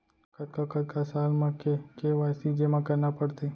कतका कतका साल म के के.वाई.सी जेमा करना पड़थे?